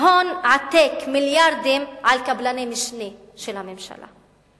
הון עתק, מיליארדים, על קבלני משנה של הממשלה.